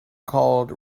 called